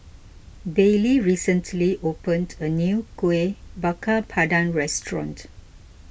Baylee recently opened a new Kuih Bakar Pandan restaurant